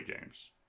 games